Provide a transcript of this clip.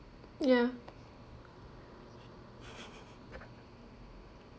ya